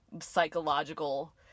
psychological